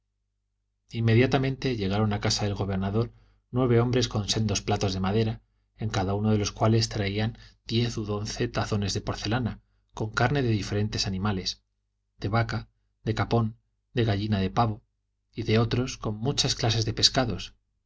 inmediatamente llegaron a casa del gobernador nueve hombres con sendos platos de madera en cada uno de los cuales traían diez u once tazones de porcelana con carne de diferentes animales de vaca de capón de gallina de pavo y de otros con muchas clases de pescados